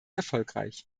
erfolgreich